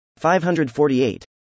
548